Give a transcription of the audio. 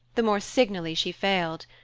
the more signally she failed.